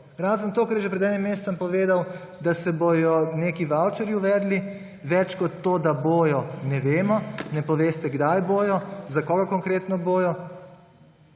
razen tega, kar je že pred enim mesecem povedal, da se bodo neki vavčerji uvedli. Več kot to, da bodo, ne vemo, ne poveste, kdaj bodo, za koga konkretno bodo.